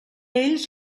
ells